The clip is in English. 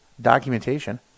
documentation